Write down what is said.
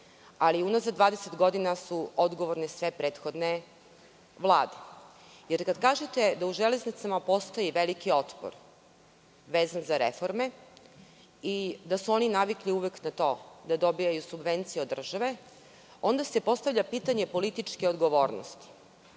ali unazad 20 godina odgovorne su sve prethodne Vlade, jer kada kažete da u Železnicama postoji veliki otpor vezan za reforme i da su oni navikli uvek na to da dobijaju subvencije od države, onda se postavlja pitanje političke odgovornosti.